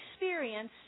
experience